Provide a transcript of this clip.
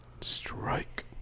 Strike